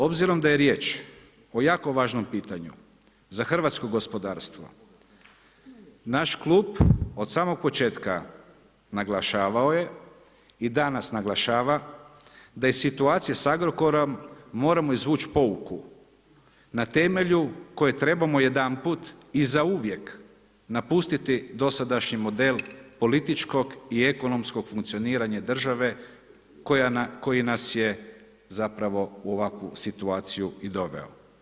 Obzirom da je riječ o jako važnom pitanju za hrvatsko gospodarstvo, naš klub od samog početka naglašavao je i danas naglašava da iz situacije s Agrokorom moramo izvuć pouku na temelju koje trebamo jedanput i zauvijek napustiti dosadašnji model političkog i ekonomskog funkcioniranja države koji nas je zapravo u ovakvu situaciju i doveo.